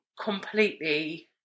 completely